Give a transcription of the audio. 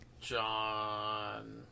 john